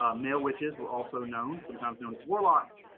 ah male witches were also known, sometimes known as warlocks.